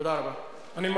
תודה רבה.